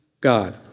god